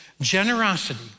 Generosity